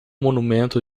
monumento